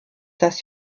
das